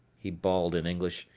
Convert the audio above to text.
he bawled in english,